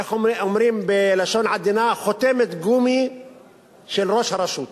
איך אומרים בלשון עדינה, חותמת גומי של ראש הרשות.